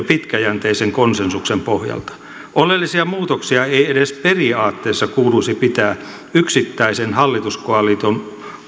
pitkäjänteisen konsensuksen pohjalta oleellisia muutoksia ei edes periaatteessa kuuluisi pitää yksittäisen hallituskoalition